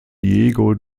diego